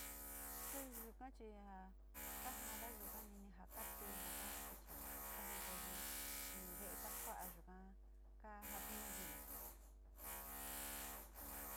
Suu yuka chi a kajada yukani ini te ntaka suchi kajikai nu ve’e kaskua´a yuka kajatiñu jiun.